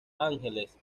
ángeles